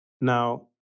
Now